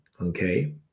Okay